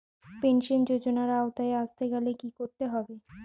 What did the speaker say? Pension যজোনার আওতায় আসতে গেলে কি করতে হবে?